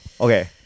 okay